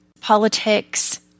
politics